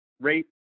rate